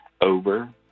over